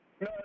No